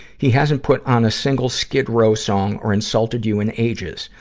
he hasn't put on a single skid row song or insulted you in ages.